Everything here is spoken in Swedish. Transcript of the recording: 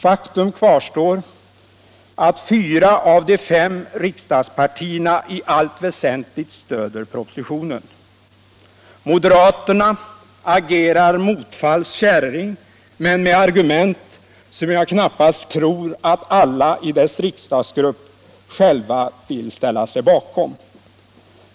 Faktum kvarstår att fyra av de fem riksdagspartierna i allt väsentligt stöder propositionen. Moderaterna agerar Motvalls käring men med argument som jag knappast tror att alla i deras riksdagsgrupp själva vill ställa sig bakom.